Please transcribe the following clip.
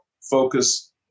focus